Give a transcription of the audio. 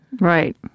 Right